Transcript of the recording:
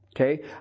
Okay